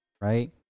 right